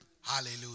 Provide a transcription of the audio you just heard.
Hallelujah